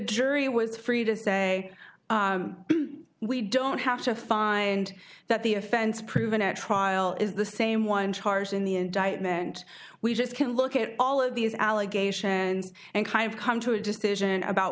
jury was free to say we don't have to find that the offense proven at trial is the same one charge in the indictment we just can look at all of these allegations and kind of come to a decision about